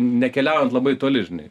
nekeliaujant labai toli žinai